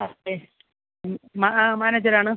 അതെ മാനേജർ ആണ്